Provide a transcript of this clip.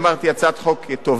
היא טובה,